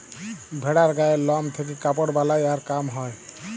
ভেড়ার গায়ের লম থেক্যে কাপড় বালাই আর কাম হ্যয়